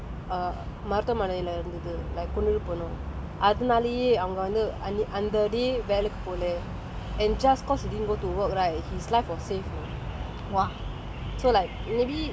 பிள்ள வந்து:பpilla vanthu err மருத்துவமனையில இருந்துது:maruthuvamanaila irunthutu like கொன்னுரு போனம் அதனாலேயே அவங்க வந்து அந்த:konnuru ponam athanaalaye avanga vanthu antha day வேலைக்கு போல:velaikku pola and just cause he didn't go to work right his live was saved